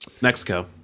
Mexico